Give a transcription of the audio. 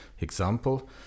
example